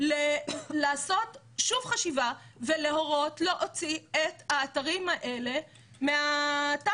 לעשות שוב חשיבה ולהורות להוציא את האתרים האלה מהתמ"א,